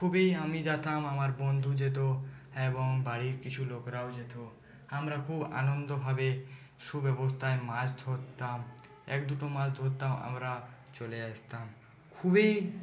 খুবই আমি যেতাম আমার বন্ধু যেত এবং বাড়ির কিছু লোকরাও যেত আমরা খুব আনন্দভাবে সুব্যবস্থায় মাছ ধরতাম এক দুটো মাছ ধরতাম আমরা চলে আসতাম খুবই